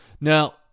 Now